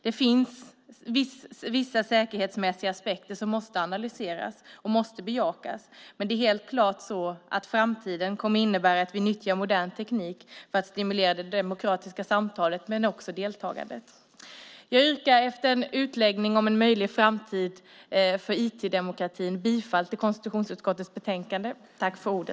Det finns vissa säkerhetsmässiga aspekter som måste analyseras och bejakas, men det är helt klart så att framtiden kommer att innebära att vi nyttjar modern teknik för att stimulera det demokratiska samtalet och deltagandet. Jag yrkar efter en utläggning om en möjlig framtid för IT-demokratin bifall till förslaget i konstitutionsutskottets betänkande.